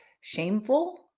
shameful